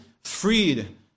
freed